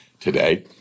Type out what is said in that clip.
today